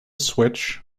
switch